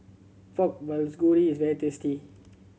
Pork Bulgogi is very tasty